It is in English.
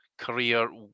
career